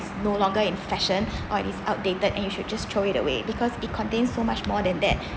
no longer in fashion or it's outdated and you should just throw it away because it contains so much more than that